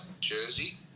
jersey